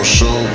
show